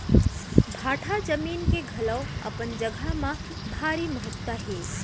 भाठा जमीन के घलौ अपन जघा म भारी महत्ता हे